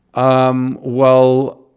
umm, well,